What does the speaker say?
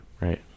Right